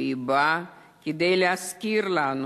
והיא באה להזכיר לנו